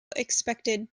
expected